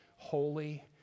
holy